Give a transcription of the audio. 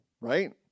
Right